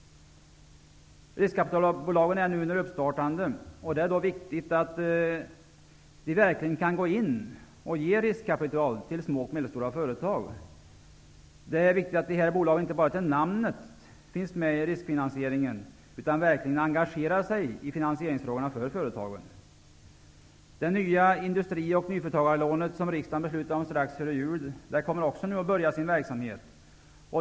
Riskkapitalbolagen är nu under igångsättning och det är viktigt att dessa verkligen kan gå in och ge riskkapital till små och medelstora företag. Det är också viktigt att dessa bolag inte bara till namnet har med riskfinansieringen att göra, utan att bolagen verkligen engagerar sig i företagens finansieringsfrågor. Det nya industri och nyföretagarlånet, som riksdagen beslutade om strax före jul, kommer nu också att inleda sin verksamhet.